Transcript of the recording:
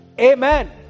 Amen